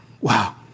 Wow